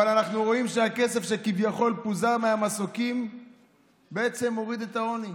אבל אנחנו רואים שהכסף שכביכול פוזר מהמסוקים בעצם הוריד את העוני.